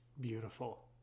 Beautiful